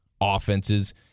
offenses